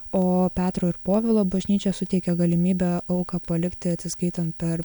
o petro ir povilo bažnyčia suteikia galimybę auką palikti atsiskaitant per